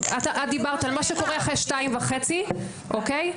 את דיברת על מה שקורה אחרי 14:30. אוקיי?